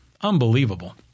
Unbelievable